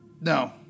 No